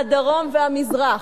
הדרום והמזרח.